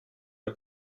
der